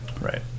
right